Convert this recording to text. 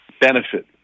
benefit